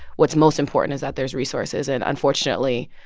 what's most important is that there's resources. and unfortunately,